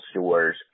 stores